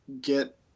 get